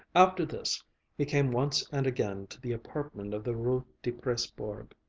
after this he came once and again to the apartment of the rue de presbourg,